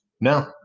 No